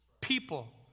people